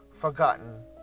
forgotten